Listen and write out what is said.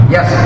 Yes